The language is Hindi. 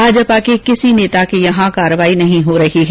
भाजपा के किसी नेता के यहां कार्रवाई नहीं हो रही है